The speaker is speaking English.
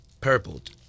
purpled